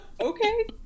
Okay